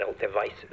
devices